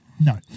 No